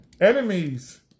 Enemies